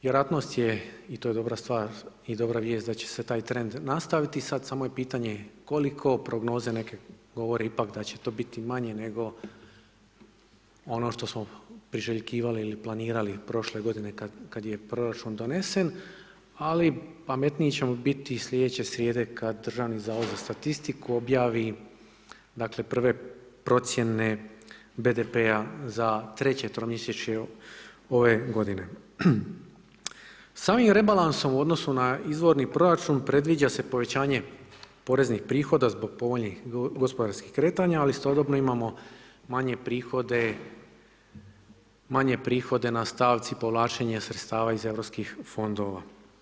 Vjerojatnost je, i to je dobra stvar i dobra vijest, da će se taj trend nastaviti, sad samo je pitanje koliko, prognoze neke govore ipak da će to biti manje, nego ono što smo priželjkivali ili planirali prošle godine kada je proračun donesen, ali pametniji ćemo biti slijedeće srijede kada Državni zavod za statistiku objavi prve procjene BDP-a za treće tromjesečje ove g. S ovim rebalansom u odnosu na izvorni proračun, predviđa se povećanje poreznih prihode zbog povoljnih gospodarskih kretanja, a istodobno imamo manje prihode na stavci povlačenje sredstava iz europskih fondova.